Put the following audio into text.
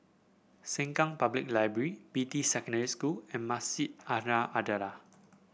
Sengkang Public Library Beatty Secondary School and Masjid An Nahdhah